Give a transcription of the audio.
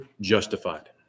justified